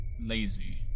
lazy